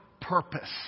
purpose